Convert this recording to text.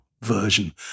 version